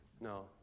no